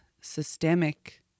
systemic